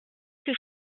que